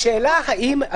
ראש הממשלה בא ואמר שיהיה סגר